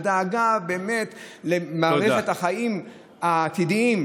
הדאגה היא באמת למערכת החיים העתידיים,